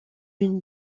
une